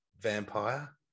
vampire